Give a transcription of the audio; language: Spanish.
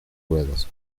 ruedas